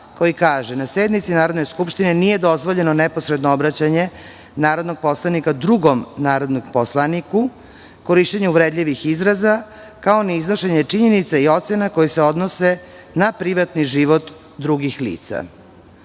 koji kaže: "Na sednici Narodne skupštine nije dozvoljeno neposredno obraćanje narodnog poslanika drugom narodnom poslaniku, korišćenje uvredljivih izraza, kao ni iznošenje činjenica i ocena koje se odnose na privatni život drugih